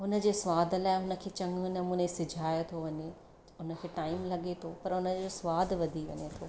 उन जे सवाद लाइ उन खे चङे नमूने सिझाए थो वञे उन खे टाइम लॻे थो पर उन जो सवादु वधी वञे थो